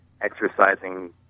exercising